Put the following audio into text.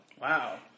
Wow